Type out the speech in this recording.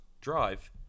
drive